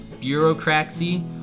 bureaucracy